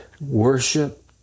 worship